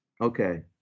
Okay